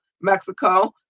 mexico